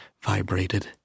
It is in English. vibrated